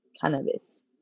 cannabis